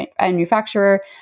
manufacturer